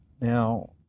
Now